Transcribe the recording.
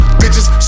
bitches